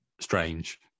strange